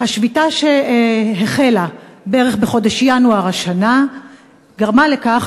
השביתה שהחלה בערך בחודש ינואר השנה גרמה לכך,